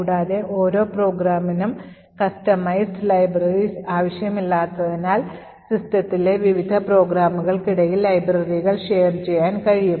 കൂടാതെ ഓരോ പ്രോഗ്രാമിനും customized libraries ആവശ്യമില്ലാത്തതിനാൽ സിസ്റ്റത്തിലെ വിവിധ പ്രോഗ്രാമുകൾക്കിടയിൽ ലൈബ്രറികൾ പങ്കിടാൻ കഴിയും